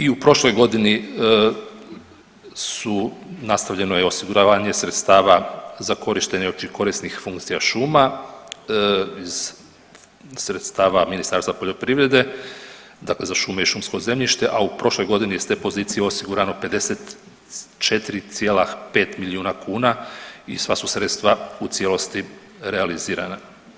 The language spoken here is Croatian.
I u prošloj godini su nastavljeno je osiguravanje sredstava za korištenje opće korisnih funkcija šuma iz sredstava Ministarstva poljoprivrede za šume i šumsko zemljište, a u prošloj godini s te pozicije je osigurano 54,5 milijuna kuna i sva su sredstva u cijelosti realizirana.